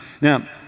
Now